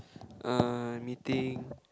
uh meeting